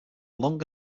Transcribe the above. long